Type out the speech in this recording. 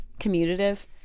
commutative